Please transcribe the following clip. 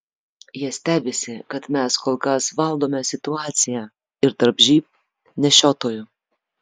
jie stebisi kad mes kol kas valdome situaciją ir tarp živ nešiotojų